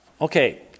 Okay